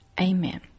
Amen